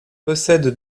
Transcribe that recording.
possède